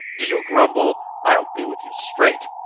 do you grumble? i'll be with you straight.